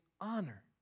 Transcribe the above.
honor